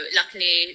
luckily